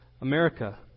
America